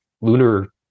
lunar